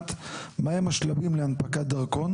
קודם, כי הוא צריך עוד להמתין לקבל ויזה.